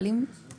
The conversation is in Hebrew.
אבל אם תרצו,